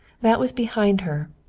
that was behind her,